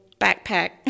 backpack